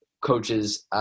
coaches